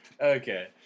okay